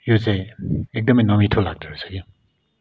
यो चाहिँ एकदमै नमिठो लाग्दो रहेछ क्याउ